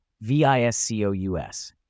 V-I-S-C-O-U-S